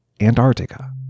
Antarctica